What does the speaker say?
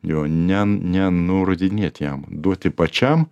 jo ne ne nurodinėti jam duoti pačiam